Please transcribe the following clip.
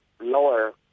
lower